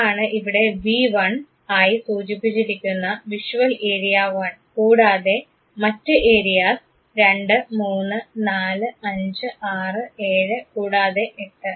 അതാണ് ഇവിടെ വി 1 ആയി സൂചിപ്പിച്ചിരിക്കുന്ന വിഷ്വൽ ഏരിയ 1 കൂടാതെ മറ്റ് ഏരിയാസ് 2 3 4 5 6 7 കൂടാതെ 8